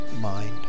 mind